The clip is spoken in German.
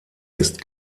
ist